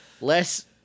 Less